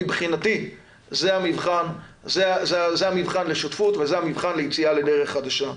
מבחינתי זה המבחן לשותפות וזה המבחן ליציאה לדרך חדשה.